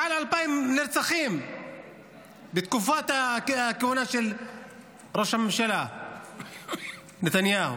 מעל 2,000 נרצחים בתקופת הכהונה של ראש הממשלה נתניהו.